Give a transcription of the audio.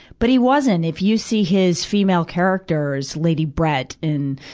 but he wasn't. if you see his female characters, lady brett in,